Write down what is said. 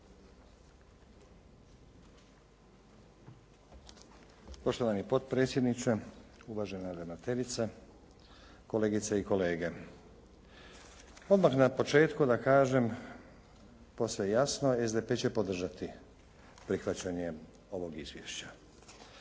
Poštovani potpredsjedniče, uvažena ravnateljice, kolegice i kolege. Odmah na početku da kažem posve jasno SDP će podržati prihvaćanje ovog izvješća.